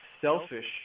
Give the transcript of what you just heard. selfish